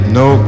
no